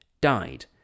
died